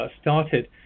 started